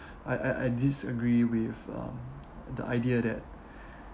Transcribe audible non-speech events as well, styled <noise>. <breath> I I I disagree with uh the idea that <breath>